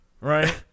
Right